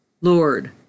Lord